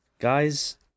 Guys